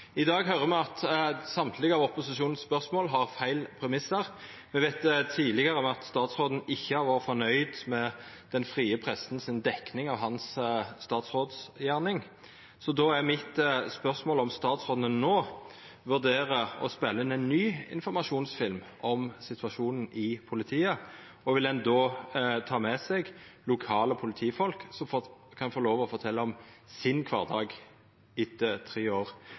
I dag høyrer me at alle spørsmåla frå opposisjonen har feil premiss. Me veit at statsråden tidlegare ikkje har vore nøgd med dekninga til den frie pressa av statsrådgjerninga hans. Mitt spørsmål er: Vurderer statsråden no å spela inn ein ny informasjonsfilm om situasjonen i politiet, og vil han då ta med seg lokale politifolk, som kan få lov til å fortelja om sin kvardag etter tre år